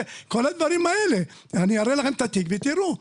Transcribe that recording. אני אראה לכם את התיק ותראו.